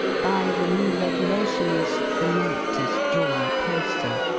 by the new regulations the net is drawn closer.